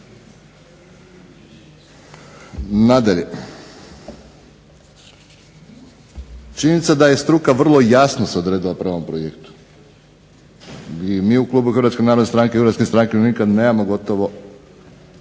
Nadalje, činjenica je da je struka vrlo jasno se odredila prema ovom projektu. Mi u klubu HNS-HSU-a nemamo gotovo